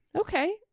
Okay